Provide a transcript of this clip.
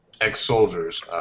ex-soldiers